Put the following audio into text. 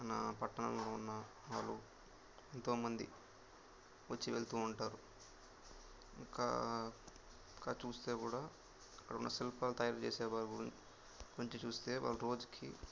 నా పట్టణంలో ఉన్న వాళ్ళు ఎంతోమంది వచ్చి వెళ్తూ ఉంటారు ఇంకా ఇంకా చూస్తే కూడా అక్కడున్న శిల్పాలు తయారు చేసే వాళ్ళు వచ్చి చూస్తే వాళ్ళు రోజుకి